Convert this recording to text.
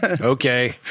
okay